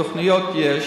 תוכניות יש,